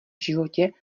životě